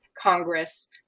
Congress